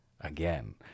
Again